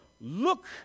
look